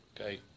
okay